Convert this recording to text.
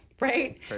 right